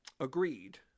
agreed